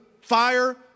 fire